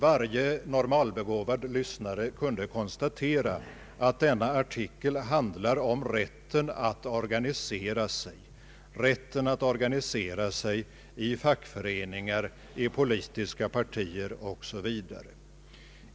Varje normalbegåvad lyssnare kunde konstatera att denna artikel handlade om rätten att organisera sig i fackföreningar, i politiska partier o.s.v.